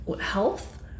health